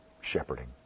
shepherding